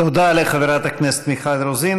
תודה לאיגוד מרכזי הסיוע,